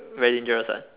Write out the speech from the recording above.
very dangerous [what]